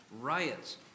Riots